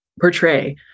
portray